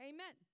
Amen